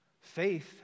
Faith